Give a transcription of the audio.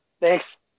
thanks